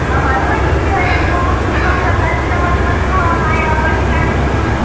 اَہَنُو وۄنۍ بِچارٮ۪ن گوٚمُت چھُکھ نۄقصان پٮ۪ٹھٕ چھِ دَپان تِمَن خام عیال لَکٕٹۍ لَکٕٹۍ شُرۍ